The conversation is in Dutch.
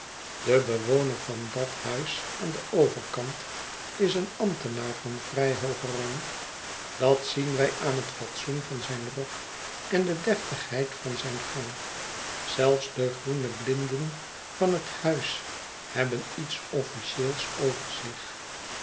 de bewoner van dat huis aan den overkant is een ambtenaar van vrij hoogen rang dat zien wij aan het fatsoen van zijn rok en de deftigheid van zijn gang zelfs de groene blinden van het huis hebben iets officieels